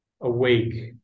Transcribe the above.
awake